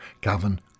Gavin